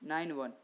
nine one